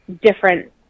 different